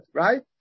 right